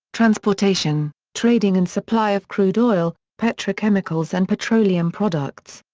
transportation, trading and supply of crude oil, petrochemicals and petroleum products.